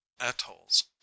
atolls